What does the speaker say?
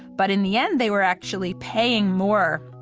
but in the end, they were actually paying more,